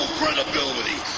credibility